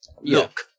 look